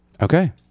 Okay